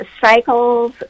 cycles